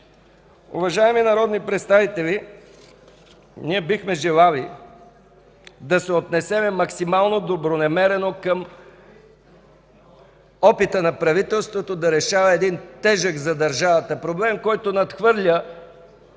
Уважаеми народни представители, ние бихме желали да се отнесем максимално добронамерено към опита на правителството да решава един тежък за държавата проблем, който надхвърля